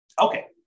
Okay